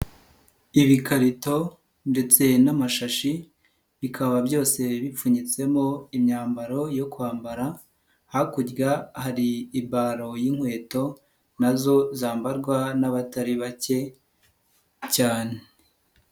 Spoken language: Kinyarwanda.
Ibikarito ndetse n'amashashi, bikaba byose bipfunyitsemo imyambaro yo kwambara, hakurya hari ibalo y'inkweto na zo zambarwa n'abatari bake cyane.